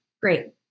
Great